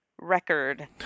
record